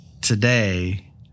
today